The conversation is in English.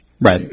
Right